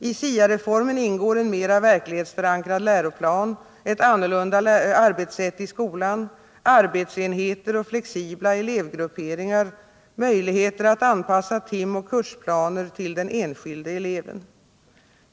I SIA-reformen ingår en mera verklighetsförankrad läroplan, ett annorlunda arbetssätt i skolan, arbetsenheter och flexibla elevgrupperingar, möjligheter att anpassa timoch kursplaner till den enskilde eleven.